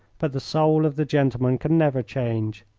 but the soul of the gentleman can never change,